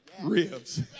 ribs